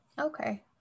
Okay